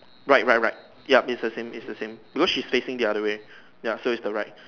right right right yup is the same is the same blue she is facing the other way ya so is the right